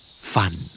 Fun